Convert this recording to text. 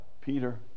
Peter